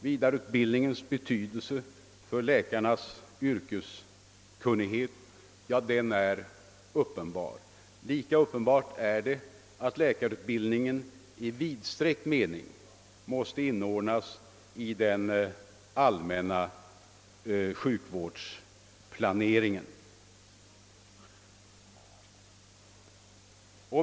Vidareutbildningens betydelse för läkarnas yrkeskunnighet är uppenbar. Lika uppenbart är det att läkarutbildningen i vidsträckt mening måste inordnas i den allmänna sjukvårdsplaneringen.